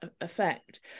effect